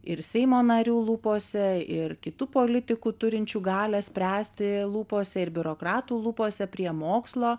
ir seimo narių lūpose ir kitų politikų turinčių galią spręsti lūpose ir biurokratų lūpose prie mokslo